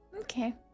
Okay